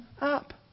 up